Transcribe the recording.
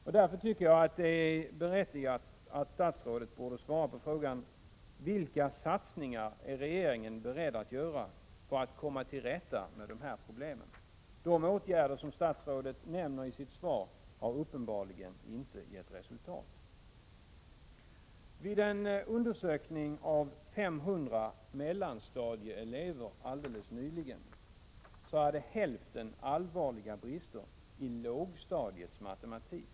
Jag tycker mot denna bakgrund att det vore berättigat att statsrådet svarade på frågan: Vilka satsningar är regeringen beredd att göra för att komma till rätta med dessa problem? De åtgärder som statsrådet nämner i sitt svar har uppenbarligen inte givit resultat. Vid en undersökning av 500 mellanstadieelever alldeles nyligen hade hälften allvarliga brister i lågstadiets matematik.